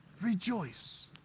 rejoice